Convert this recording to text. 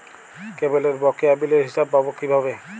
কেবলের বকেয়া বিলের হিসাব পাব কিভাবে?